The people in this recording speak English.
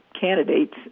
candidates